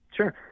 Sure